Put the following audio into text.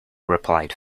replied